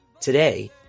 Today